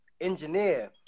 engineer